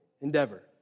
endeavor